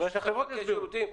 אולי שהחברות יובילו.